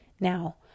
Now